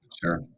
sure